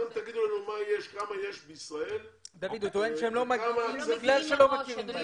אתם תגידו לנו כמה יש בישראל ומה הצפי לעלייה.